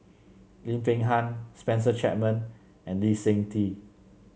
Lim Peng Han Spencer Chapman and Lee Seng Tee